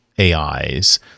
AIs